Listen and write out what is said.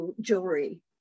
jewelry